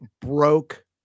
broke